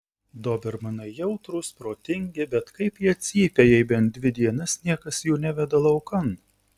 dobermanai jautrūs protingi bet kaip jie cypia jei bent dvi dienas niekas jų neveda laukan